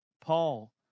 Paul